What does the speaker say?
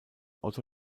otto